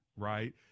Right